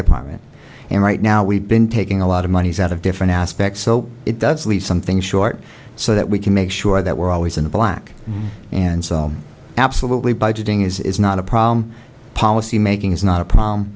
department and right now we've been taking a lot of monies out of different aspects so it does leave something short so that we can make sure that we're always in black and so absolutely budgeting is not a problem policymaking is not a p